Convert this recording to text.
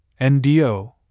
NDO